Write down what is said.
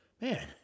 man